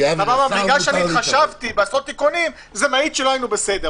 בגלל שהתחשבתי בעשרות תיקונים זה מעיד שלא היינו בסדר.